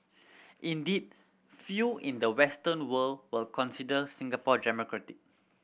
indeed few in the Western world will consider Singapore